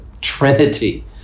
Trinity